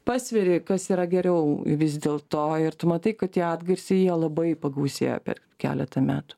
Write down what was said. pasveri kas yra geriau vis dėlto ir tu matai kad tie atgarsiai jie labai pagausėja per keletą metų